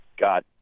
got